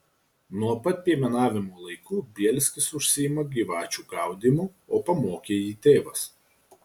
nuo pat piemenavimo laikų bielskis užsiima gyvačių gaudymu o pamokė jį tėvas